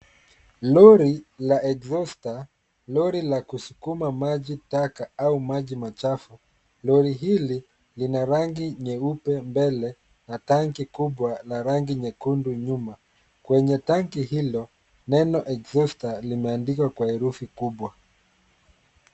Lori la exhauster , lori la kusukuma maji taka au maji machafu lori hili rangi nyeupe mbele na tanki kubwa la rangi nyekundu nyuma, kwenye tanki hilo neno exhauster limeandikwa kwa herufi kubwa.